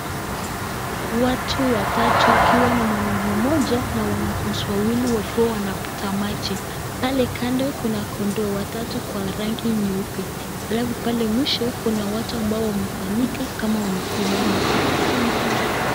Watu watatu, ikiwa ni mwanaume mmoja na wanafunzi wawili wakiwa wanapita maji, pale kando kuna kondoo watatu kwa rangi nyeupe, alafu pale mwisho kuna watu ambao wamekusanyika kama wamesimama.